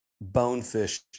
bonefish